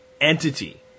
entity